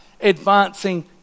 advancing